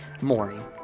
morning